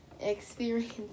experience